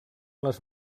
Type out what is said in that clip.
les